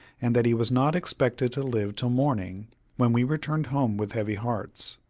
and that he was not expected to live till morning when we returned home with heavy hearts.